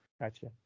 Gotcha